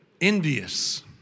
envious